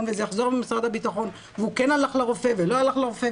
וזה יחזור ממשרד ה בטחון והוא כן הלך לרופא ולא הלך לרופא,